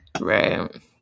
Right